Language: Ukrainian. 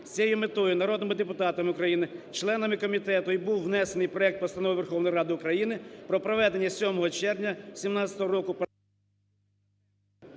З цією метою народними депутатами України, членами комітету і був внесений проект Постанови Верховна Рада України про проведення 7 червня 17 року…